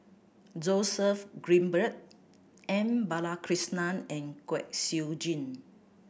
Joseph Grimberg M Balakrishnan and Kwek Siew Jin